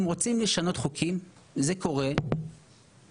אם רוצים לשנות חוקים זה קורה בכנסת,